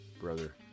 brother